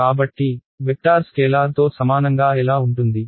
కాబట్టి వెక్టార్ స్కేలార్తో సమానంగా ఎలా ఉంటుంది